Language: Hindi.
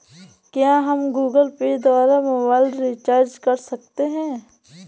क्या हम गूगल पे द्वारा मोबाइल रिचार्ज कर सकते हैं?